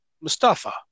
Mustafa